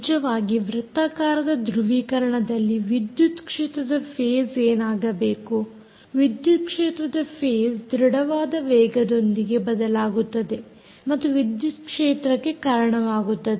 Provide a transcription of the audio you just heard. ನಿಜವಾಗಿ ವೃತ್ತಾಕಾರದ ದೃವೀಕರಣದಲ್ಲಿ ವಿದ್ಯುತ್ ಕ್ಷೇತ್ರದ ಫೇಸ್ ಏನಾಗಬೇಕು ವಿದ್ಯುತ್ ಕ್ಷೇತ್ರದ ಫೇಸ್ ದೃಢವಾದ ವೇಗದೊಂದಿಗೆ ಬದಲಾಗುತ್ತದೆ ಮತ್ತು ವಿದ್ಯುತ್ ಕ್ಷೇತ್ರಕ್ಕೆ ಕಾರಣವಾಗುತ್ತದೆ